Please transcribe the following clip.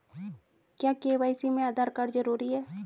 क्या के.वाई.सी में आधार कार्ड जरूरी है?